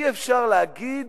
אי-אפשר להגיד